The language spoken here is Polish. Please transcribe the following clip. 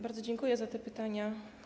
Bardzo dziękuję za te pytania.